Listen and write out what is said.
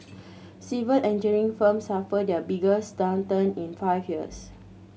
civil engineering firms suffered their biggest downturn in five years